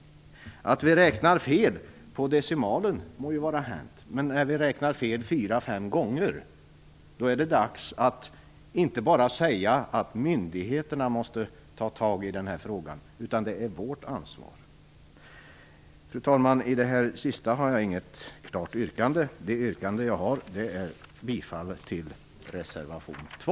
Att vi räknar fel på decimalen må vara hänt, men när vi räknar fyra eller fem gånger fel, är det dags inte bara att säga att myndigheterna måste ta tag i frågan utan också att tala om vårt ansvar. Fru talman! I fråga om det sist nämnda har jag inget klart yrkande. Mitt yrkande gäller endast bifall till reservation 2.